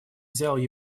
взял